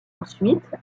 ensuite